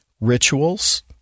rituals